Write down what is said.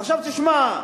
עכשיו תשמע,